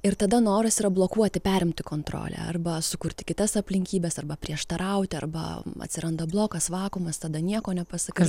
ir tada noras yra blokuoti perimti kontrolę arba sukurti kitas aplinkybes arba prieštarauti arba atsiranda blokas vakuumas tada nieko nepasakai